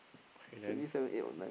okay then